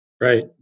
Right